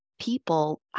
People